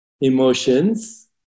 emotions